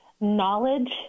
Knowledge